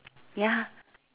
ya